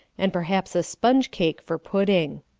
and perhaps a sponge-cake for pudding.